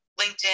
LinkedIn